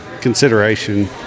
consideration